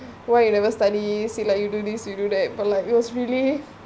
why you never study see like you do this you do that but like it was really